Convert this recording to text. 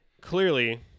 clearly